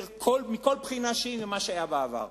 מכל בחינה שהיא ממה שהיה בעבר.